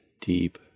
deep